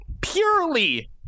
purely